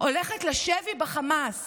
הולכת לשבי בחמאס